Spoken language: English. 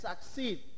succeed